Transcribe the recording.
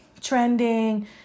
trending